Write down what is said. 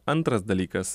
antras dalykas